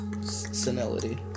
Senility